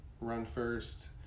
run-first